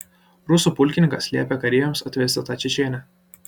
rusų pulkininkas liepė kareiviams atvesti tą čečėnę